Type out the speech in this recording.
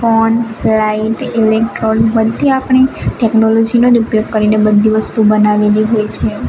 phone light electrode બધી આપણી ટેક્નોલોજીનો જ ઉપયોગ કરીને બધી વસ્તુ બનાવેલી હોય છે